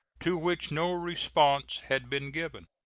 to which no response had been given.